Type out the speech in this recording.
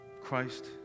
Christ